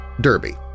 Derby